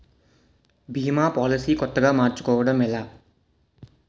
భీమా policy కొత్తగా మార్చుకోవడం ఎలా?